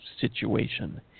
situation